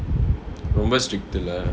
ரொம்ப:romba strict இல்ல:illa